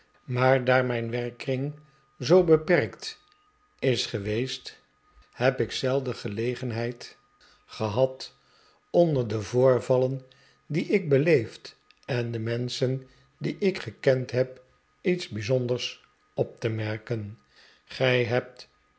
maar daar mijn werkkring zoo beperkt is geweest heb ik zelden geleenheid gehad onder de voorvallen die ik beleefd en de menschen die ik gekend heb iets bijzonders op te merken gij hebt